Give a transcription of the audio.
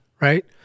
right